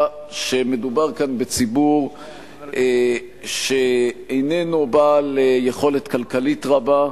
שמדובר כאן בציבור שאיננו בעל יכולת כלכלית רבה.